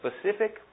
specific